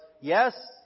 Yes